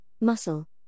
muscle